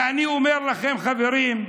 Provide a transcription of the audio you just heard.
ואני אומר לכם כאן, חברים: